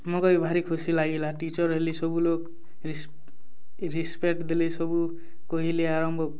ମୋକେ ବି ଭାରି ଖୁସି ଲାଗିଲା ଟିଚର୍ ହେଲି ସବୁ ଲୋକ୍ ରେସପେକ୍ଟ୍ ଦେଲେ ସବୁ କହିଲେ ଆରମ୍ଭ